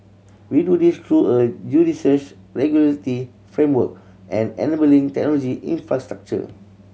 we do this through a judicious framework and enabling technology infrastructure